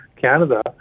Canada